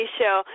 show